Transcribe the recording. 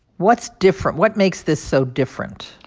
what's different? what makes this so different?